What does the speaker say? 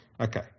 Okay